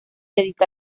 dedica